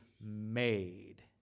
made